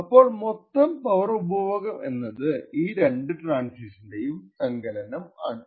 അപ്പോൾ മൊത്തം പവർ ഉപഭോഗം എന്നത് ഈ രണ്ടു ട്രാന്സിഷന്റെയും സങ്കലനം ആണ്